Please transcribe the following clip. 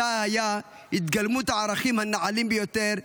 שי היה התגלמות הערכים הנעלים ביותר,